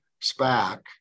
SPAC